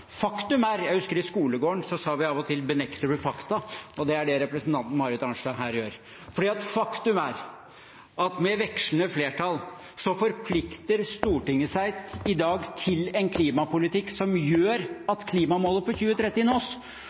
er for når det gjelder CO 2 -avgift. Jeg husker i skolegården at vi av og til sa: Benekter du fakta? Det er det representanten Marit Arnstad her gjør, for faktum er: Med vekslende flertall forplikter Stortinget seg i dag til en klimapolitikk som gjør at klimamålet for